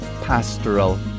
Pastoral